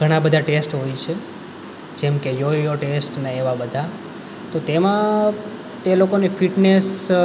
ઘણા બધા ટેસ્ટ હોય છે જેમ કે યોયો ટેસ્ટ ને એવા બધા તો તેમાં તે લોકોની ફિટનેસ